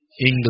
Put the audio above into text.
English